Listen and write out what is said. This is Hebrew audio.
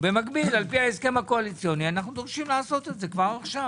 במקביל לפי ההסכם הקואליציוני אנו דורשים לעשות את זה כבר עכשיו